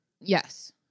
Yes